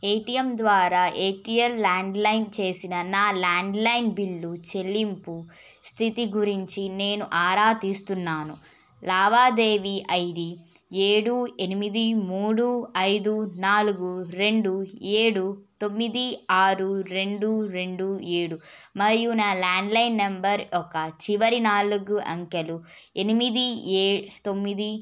ఏ T M ద్వారా Airtel landline చేసిన నా ల్యాండ్లైన్ బిల్లు చెల్లింపు స్థితి గురించి నేను ఆరా తీస్తున్నాను లావాదేవీ ఐ డీ ఏడు ఎనిమిది మూడు ఐదు నాలుగు రెండు ఏడు తొమ్మిది ఆరు రెండు రెండు ఏడు మరియు నా ల్యాండ్లైన్ నంబర్ యొక్క చివరి నాలుగు అంకెలు ఎనిమిది ఏ తొమ్మిది